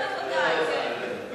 אבות אבותיו גדלו כאן וגרו כאן.